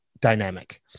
dynamic